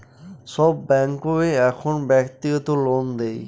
সব ব্যাঙ্কই এখন ব্যক্তিগত লোন দেয়